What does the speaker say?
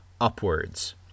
upwards